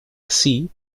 así